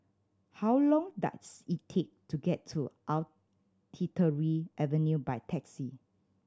how long does it take to get to Artillery Avenue by taxi